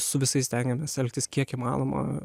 su visais stengiamės elgtis kiek įmanoma